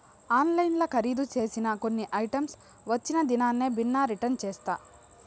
ఆన్లైన్ల కరీదు సేసిన కొన్ని ఐటమ్స్ వచ్చిన దినామే బిన్నే రిటర్న్ చేస్తా